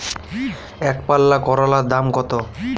একপাল্লা করলার দাম কত?